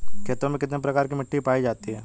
खेतों में कितने प्रकार की मिटी पायी जाती हैं?